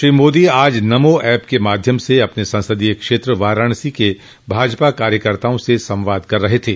श्री मोदी आज नमो एप के माध्यम से अपने संसदीय क्षेत्र वाराणसी के भाजपा कार्यकर्ताओं से संवाद कर रहे थे